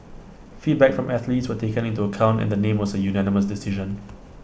feedback from athletes were taken into account and the name was A unanimous decision